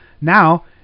Now